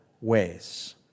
ways